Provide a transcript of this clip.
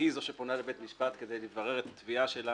והיא זו שפונה לבית המשפט כדי לברר את התביעה שלה,